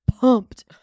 pumped